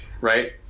right